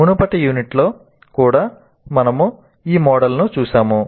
మునుపటి యూనిట్లలో కూడా మనము ఈ మోడల్ను చూసాము